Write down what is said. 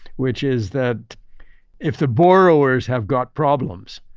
which is that if the borrowers have got problems,